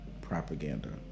propaganda